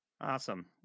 Awesome